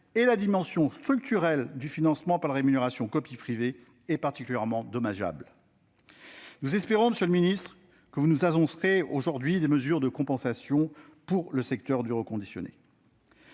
et la dimension structurelle du financement par la rémunération pour copie privée est particulièrement dommageable. Nous espérons, monsieur le secrétaire d'État, que vous nous annoncerez aujourd'hui des mesures de compensation pour le secteur des équipements